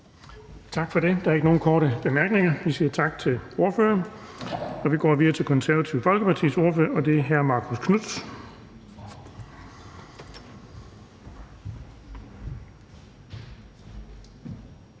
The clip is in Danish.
Tak for det. Der er ikke nogen korte bemærkninger, så vi siger tak til ordføreren. Vi går videre til Nye Borgerliges ordfører, og det er hr. Lars Boje